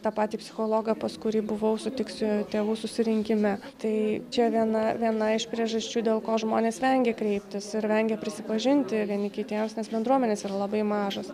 tą patį psichologą pas kurį buvau sutiksiu tėvų susirinkime tai čia viena viena iš priežasčių dėl ko žmonės vengia kreiptis ir vengia prisipažinti vieni kitiems nes bendruomenės yra labai mažos